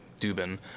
Dubin